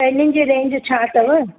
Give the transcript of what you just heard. ऐं हिननि जी रेंज छा अथव